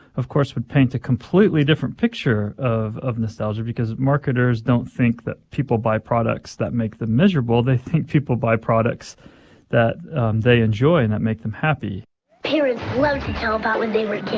of course, would paint a completely different picture of of nostalgia because marketers don't think that people buy products that make them miserable they think people buy products that they enjoy and that make them happy parents love to tell about when they were kids.